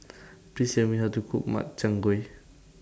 Please Tell Me How to Cook Makchang Gui